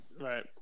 right